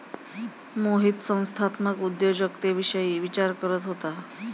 मोहित संस्थात्मक उद्योजकतेविषयी विचार करत होता